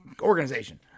organization